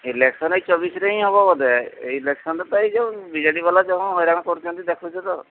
election ଏଇ ଚବିଶରେ ହିଁ ହବ ବୋଧେ ଏଇ ଇଲେକ୍ସନ୍ରେ ତ ଏଇ ଯେଉଁ ବି ଜେ ଡ଼ି ବାଲା ଯୋଉଁ ହଇରାଣ କରୁଛନ୍ତି ଦେଖୁଛ ତ